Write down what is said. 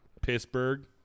Pittsburgh